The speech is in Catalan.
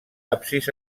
absis